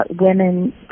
women